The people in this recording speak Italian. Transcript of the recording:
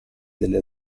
delle